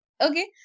Okay